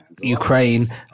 ukraine